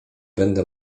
będę